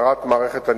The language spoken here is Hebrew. והנסיעה מסוכנת ביותר,